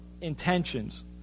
intentions